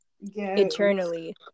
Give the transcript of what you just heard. eternally